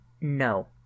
No